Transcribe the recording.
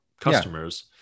customers